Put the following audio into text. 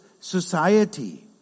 society